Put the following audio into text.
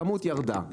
הכמות ירדה.